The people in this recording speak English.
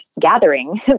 gathering